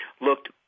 looked